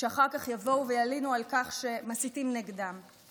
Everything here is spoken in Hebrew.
שאחר כך יבואו וילינו על כך שמסיתים נגדם,